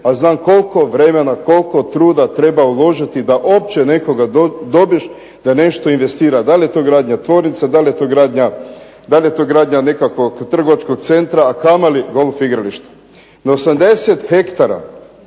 a znam koliko vremena, koliko truda treba uložiti da uopće nekoga dobiješ da nešto investira. Da li je to gradnja tvornica, da li je to gradnja nekakvog trgovačkog centra, a kamoli golf igrališta. Na 80 hektara,